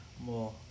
more